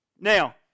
Now